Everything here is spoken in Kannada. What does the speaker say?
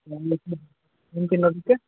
ಏನು ತಿನ್ನೋದಕ್ಕೆ